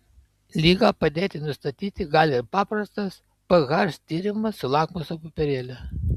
ligą padėti nustatyti gali ir paprastas ph tyrimas su lakmuso popierėliu